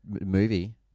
movie